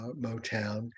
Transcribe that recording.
Motown